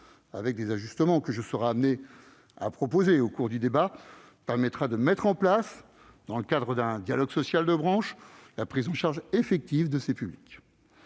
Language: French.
avec des ajustements que je serai amené à proposer au cours du débat, me semble permettre d'instaurer, dans le cadre d'un dialogue social de branche, une prise en charge effective de ces publics.